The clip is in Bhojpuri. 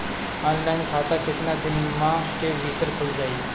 ऑनलाइन खाता केतना दिन के भीतर ख़ुल जाई?